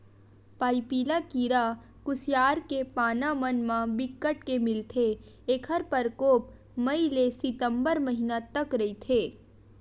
पाइपिला कीरा कुसियार के पाना मन म बिकट के मिलथे ऐखर परकोप मई ले सितंबर महिना तक रहिथे